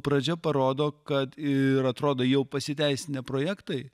pradžia parodo kad ir atrodo jau pasiteisinę projektai